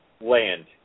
land